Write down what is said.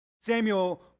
Samuel